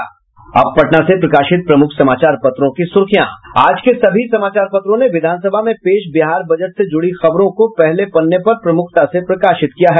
अब पटना से प्रकाशित प्रमुख समाचार पत्रों की सुर्खियां आज के सभी समाचार पत्रों ने विधानसभा में पेश बिहार बजट से जुड़ी खबरों को पहले पन्ने पर प्रमुखता से प्रकाशित किया है